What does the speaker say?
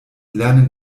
lernen